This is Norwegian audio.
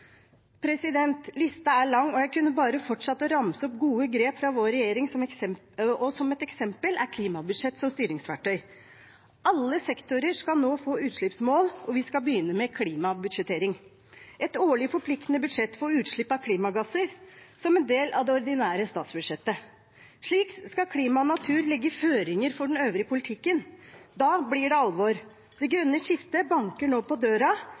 er lang, og jeg kunne fortsatt å ramse opp gode grep fra vår regjering, f.eks. klimabudsjett som styringsverktøy. Alle sektorer skal nå få utslippsmål, og vi skal begynne med klimabudsjettering – et årlig forpliktende budsjett for utslipp av klimagasser som en del av det ordinære statsbudsjettet. Slik skal klima og natur legge føringer for den øvrige politikken. Da blir det alvor. Det grønne skiftet banker nå på